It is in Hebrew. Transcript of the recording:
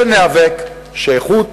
הם חשבו שהדברים תפורים,